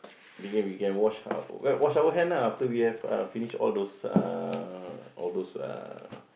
then can we can wash our wash our hand lah after we have uh finish all those uh all those uh